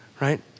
right